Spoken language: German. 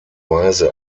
weise